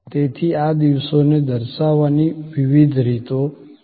તેથી આ દિવસોને દર્શાવવાની વિવિધ રીતો છે